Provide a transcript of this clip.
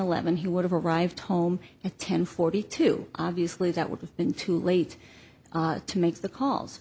eleven he would have arrived home at ten forty two obviously that would have been too late to make the calls